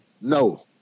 No